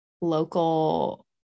local